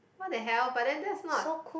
what the hell but then that's not